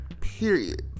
period